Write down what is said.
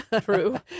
True